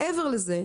מעבר לזה,